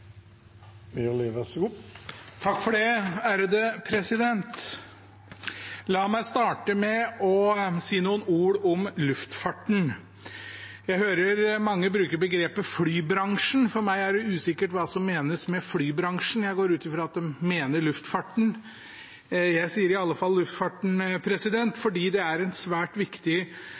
La meg starte med å si noen ord om luftfarten. Jeg hører mange bruker begrepet «flybransjen». For meg er det usikkert hva som menes med flybransjen. Jeg går ut fra at de mener luftfarten. Jeg sier i alle fall luftfarten, for det er en svært viktig